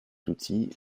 outils